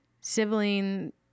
sibling